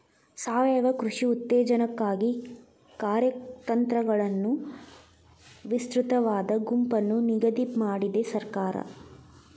ಸಾವಯವ ಕೃಷಿ ಉತ್ತೇಜನಕ್ಕಾಗಿ ಕಾರ್ಯತಂತ್ರಗಳನ್ನು ವಿಸ್ತೃತವಾದ ಗುಂಪನ್ನು ನಿಗದಿ ಮಾಡಿದೆ ಸರ್ಕಾರ